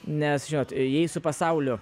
nes vat ėjai su pasauliu